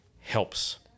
helps